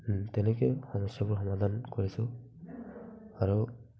তেনেকে সমস্যাবোৰ সমাধান কৰিছোঁ আৰু